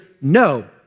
no